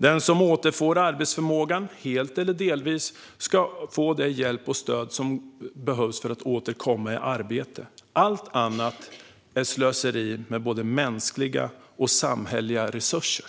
Den som återfår arbetsförmågan, helt eller delvis, ska få den hjälp och det stöd som behövs för att återkomma i arbete. Allt annat är ett slöseri med både mänskliga och samhälleliga resurser.